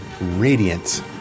Radiant